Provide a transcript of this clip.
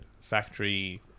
factory